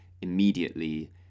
immediately